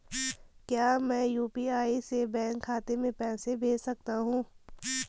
क्या मैं यु.पी.आई से बैंक खाते में पैसे भेज सकता हूँ?